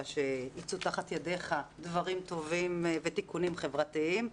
שיצאו תחת ידיך דברים טובים ותיקונים חברתיים.